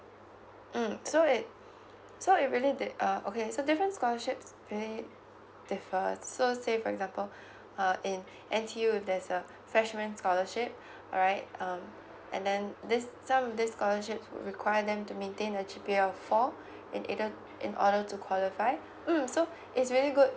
mm so it so it really d~ uh okay so different scholarships pay differ so say for example err in N_T_U there's a freshman scholarship all right um and then this some this scholarship would require them to maintain a G_P_R four in either in order to qualify mm so it's really good